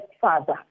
Father